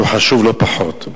שהוא חשוב לא פחות.